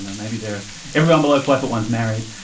yeah maybe they're anyone below five foot one's married,